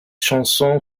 chanson